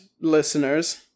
listeners